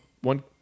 one